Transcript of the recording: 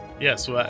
Yes